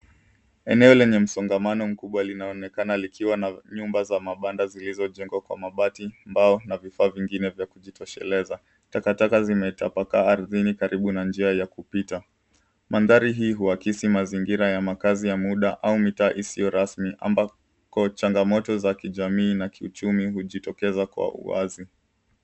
Eneo lenye msongomano mkubwa linaonekana likiwa na nyumba za mabanda zilizojengwa kwa mabati na mbao na vifaa vingine vya kujitosheleza. Takataka zimetapakaa ardhini karibu na njia ya kupita. Mandhari hii huakisi mazingira ya makazi ya muda au mitaa isiyo rasmi ambako changamoto za kijamii na kiuchumi hujitokeza kwa uwazi.